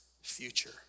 Future